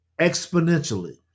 Exponentially